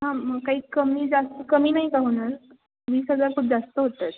हां मग काही कमी जास् कमी नाही का होणार वीस हजार खूप जास्त होत आहेत